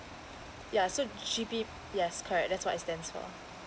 yeah so G P yes correct that's what it stands for